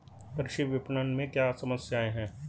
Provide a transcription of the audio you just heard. कृषि विपणन में क्या समस्याएँ हैं?